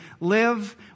live